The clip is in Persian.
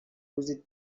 روزی